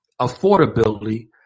affordability